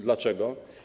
Dlaczego?